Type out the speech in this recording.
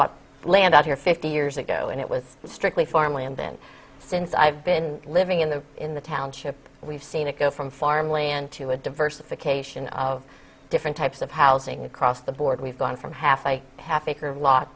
bought land out here fifty years ago and it was strictly farmland and since i've been living in the in the township we've seen it go from farm land to a diversification of different types of housing across the board we've gone from half a half acre lot